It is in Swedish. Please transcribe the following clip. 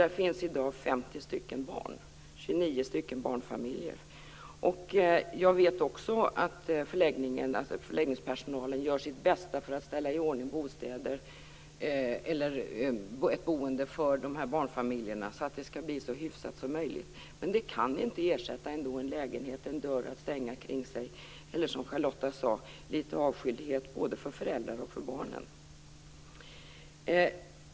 Där finns i dag 50 stycken barn, 29 barnfamiljer. Jag vet också att förläggningspersonalen gör sitt bästa för att ställa i ordning ett boende för de här barnfamiljerna så att det skall bli så hyfsat som möjligt. Men det kan inte ersätta en lägenhet, en dörr att stänga kring sig, eller, som Charlotta sade, litet avskildhet både för föräldrar och för barn.